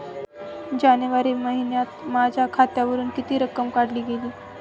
जानेवारी महिन्यात माझ्या खात्यावरुन किती रक्कम काढली गेली?